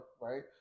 right